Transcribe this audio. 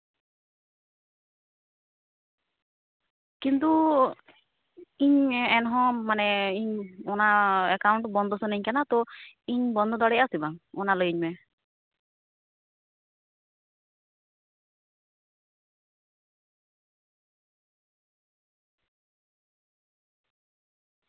ᱠᱤᱱᱛᱩ ᱤᱧ ᱮᱱᱦᱚᱸ ᱢᱟᱱᱮ ᱚᱱᱟ ᱮᱠᱟᱣᱩᱱᱴ ᱵᱚᱱᱫᱚ ᱥᱟᱱᱟᱹᱧ ᱠᱟᱱᱟ ᱛᱚ ᱤᱧ ᱵᱚᱱᱫᱚ ᱫᱟᱲᱮᱭᱟᱜᱼᱟ ᱥᱮ ᱵᱟᱝ ᱚᱱᱟ ᱞᱟᱹᱭᱟᱹᱧ ᱢᱮ